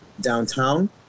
downtown